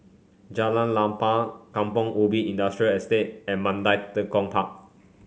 Jalan Lapang Kampong Ubi Industrial Estate and Mandai Tekong Park